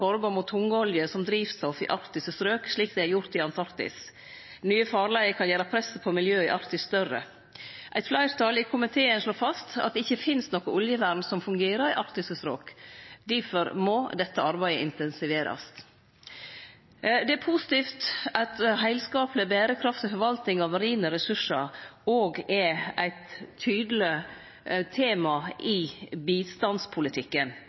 forbod mot tungolje som drivstoff i arktiske strok, slik det er gjort i Antarktis. Nye farleier kan gjere presset på miljøet i Arktis større. Eit fleirtal i komiteen slår fast at det ikkje finst noko oljevern som fungerer i arktiske strok. Difor må dette arbeidet intensiverast. Det er positivt at heilskapleg berekraftig forvaltning av marine ressursar òg er eit tydeleg tema i bistandspolitikken.